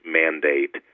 mandate